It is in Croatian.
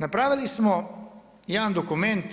Napravili smo jedna dokument,